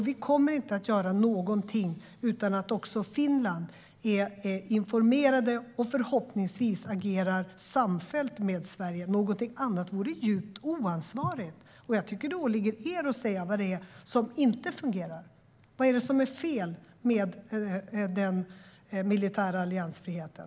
Vi kommer inte att göra någonting utan att Finland är informerat, och förhoppningsvis agerar Finland samfällt med Sverige. Någonting annat vore djupt oansvarigt. Jag tycker att det åligger er att säga vad det är som inte fungerar. Vad är det som är fel med den militära alliansfriheten?